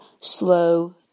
slow